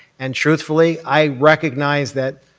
and truthfully, i recognize that